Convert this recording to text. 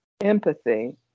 empathy